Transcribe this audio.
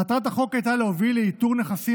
מטרת החוק הייתה להוביל לאיתור נכסים